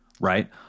Right